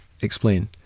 explain